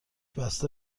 بسته